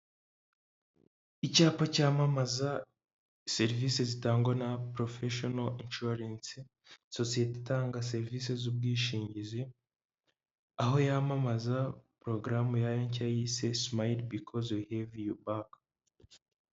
Icyapa cyamamaza serivise zitangwa na porofeshono inshuwarensi sosiyete itanga serivise z'ubwishingizi aho yamamaza porogaramu yayo nshya yise simayire bikoze wiheve yo baka.